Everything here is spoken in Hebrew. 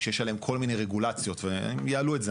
שיש עליהן כל מיני רגולציות והם יעלו את זה,